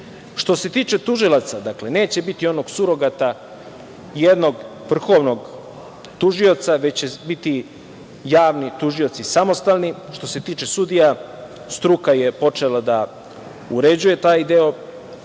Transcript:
se tiče tužilaca, neće biti onog surogata jednog vrhovnog tužioca, već će biti javni tužioci samostalni. Što se tiče sudija, struka je počela da uređuje taj deo,